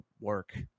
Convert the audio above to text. work